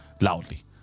loudly